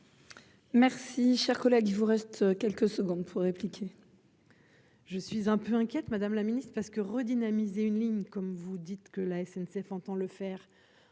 Merci, cher collègue, il vous reste quelques secondes pour répliquer. Je suis un peu inquiète, Madame la Ministre parce que redynamiser une ligne comme vous dites que la SNCF entend le faire